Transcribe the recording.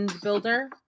builder